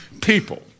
people